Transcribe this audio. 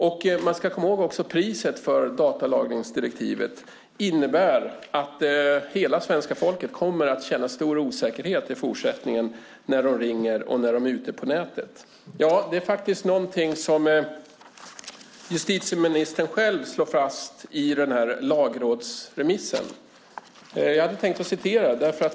Man ska också komma ihåg priset för datalagringsdirektivet. Det innebär att hela svenska folket kommer att känna stor osäkerhet i fortsättningen när de ringer och när de är ute på nätet. Det är faktiskt någonting som justitieministern själv slår fast i lagrådsremissen.